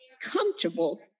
comfortable